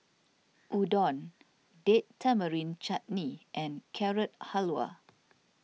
Udon Date Tamarind Chutney and Carrot Halwa